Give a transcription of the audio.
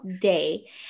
day